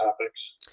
topics